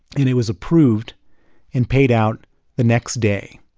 and it was approved and paid out the next day